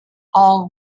all